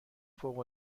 فوق